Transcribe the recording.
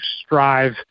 strive